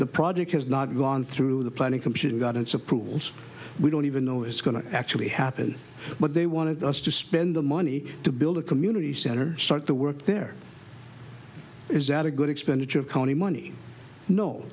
the project has not gone through the planning commission got its approvals we don't even know it's going to actually happen but they wanted us to spend the money to build a community center start the work there is that a good expenditure of county money no